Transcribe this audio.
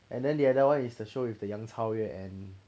and then the other one is the show with the 杨超越 and